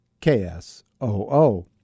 KSOO